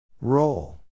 Roll